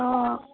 অ